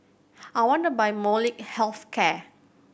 I want to buy Molnylcke Health Care